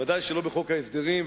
ודאי שלא בחוק ההסדרים,